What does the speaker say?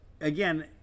again